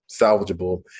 salvageable